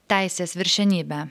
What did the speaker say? teisės viršenybę